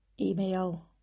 email